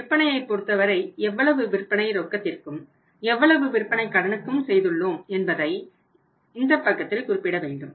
விற்பனையைப் பொறுத்தவரை எவ்வளவு விற்பனை ரொக்கத்திற்கும் எவ்வளவு விற்பனை கடனுக்கும் செய்துள்ளோம் என்பதை இந்த பக்கத்தில் குறிப்பிடவேண்டும்